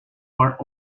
are